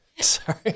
Sorry